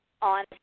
On